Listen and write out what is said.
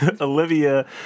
Olivia